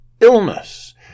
illness